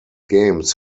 games